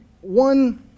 one